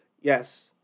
Yes